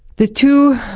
the two,